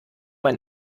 ein